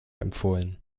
empfohlen